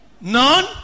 None